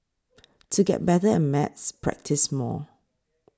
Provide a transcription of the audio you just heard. to get better at maths practise more